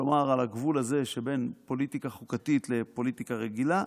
כלומר על הגבול הזה שבין פוליטיקה חוקתית לפוליטיקה רגילה,